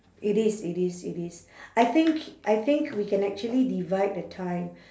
it is it is it is I think I think we can actually divide the time